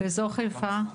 כמה זמן?